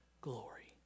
glory